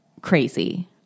crazy